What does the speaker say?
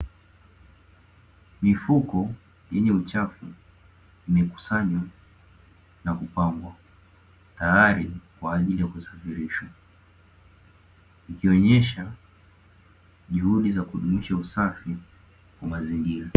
Mifuko yenye uchafu imekusanywa na kupangwa tayari kwa ajili ya kusafirishwa, ikionyesha juhudi za kudumisha usafi wa mazingira.